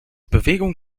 bewegung